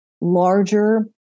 larger